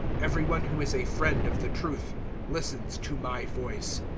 every one who is a friend of the truth listens to my voice.